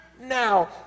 now